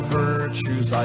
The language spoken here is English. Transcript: virtues